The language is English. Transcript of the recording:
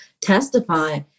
testify